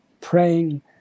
praying